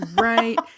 Right